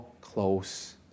close